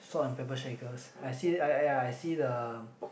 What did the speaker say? salt and pepper shakers I see yeah yeah I see the